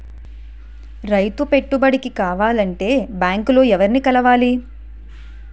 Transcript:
రైతు పెట్టుబడికి కావాలంటే బ్యాంక్ లో ఎవరిని కలవాలి?